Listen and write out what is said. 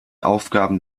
aufgaben